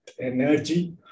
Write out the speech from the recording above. energy